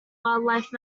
wildlife